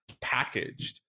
packaged